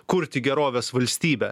kurti gerovės valstybę